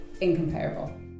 incomparable